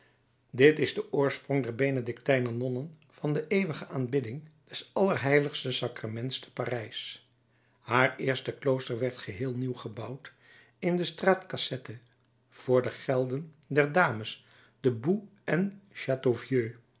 dit is de oorsprong der benedictijner nonnen van de eeuwige aanbidding des allerheiligsten sacraments te parijs haar eerste klooster werd geheel nieuw gebouwd in de straat cassette voor de gelden der dames de boucs en